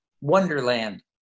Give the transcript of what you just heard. wonderland